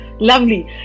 Lovely